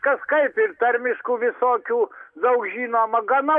kažkaip ir tarmiškų visokių daug žinoma gana